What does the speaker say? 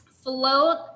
Float